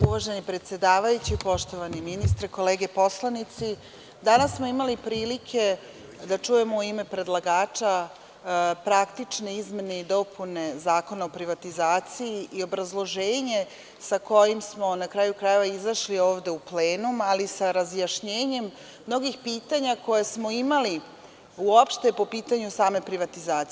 Uvaženi predsedavajući, poštovani ministre, kolege poslanici, danas smo imali prilike da čujemo u ime predlagača praktične izmene i dopune Zakona o privatizaciji i obrazloženje sa kojim smo na kraju krajeva izašli ovde u plenum, ali i sa razjašnjenjem mnogih pitanja koje smo imali uopšte po pitanju same privatizacije.